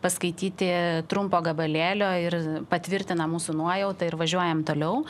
paskaityti trumpo gabalėlio ir patvirtina mūsų nuojautą ir važiuojam toliau